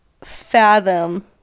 fathom